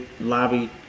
lobby